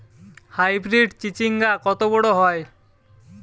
Hybrid চিচিংঙ্গা কত বড় হয়?